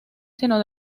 sino